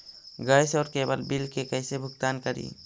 Gas और cable bill के कैसे भुगतान करी?